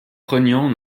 prenions